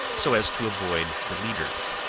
so as to avoid the leaders.